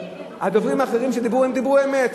הדוברים האחרים שדיברו, הם דיברו אמת.